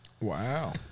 Wow